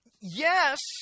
Yes